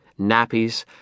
Nappies